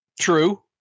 True